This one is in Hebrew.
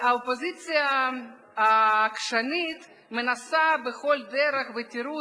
האופוזיציה העקשנית מנסה בכל דרך ותירוץ